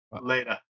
later